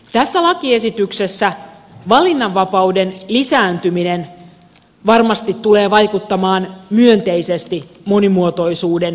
tässä lakiesityksessä valinnanvapauden lisääntyminen varmasti tulee vaikuttamaan myönteisesti monimuotoisuuden kehittymiseen